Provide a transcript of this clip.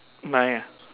nine ah